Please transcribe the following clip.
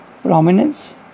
prominence